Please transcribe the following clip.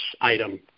item